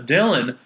Dylan